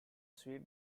sweet